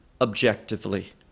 objectively